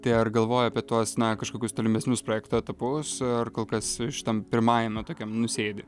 tai ar galvoji apie tuos na kažkokius tolimesnius projekto etapus ir kol kas šitam pirmajam na tokiam nusėdi